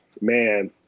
man